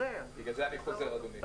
בגלל זה אני חוזר, אדוני.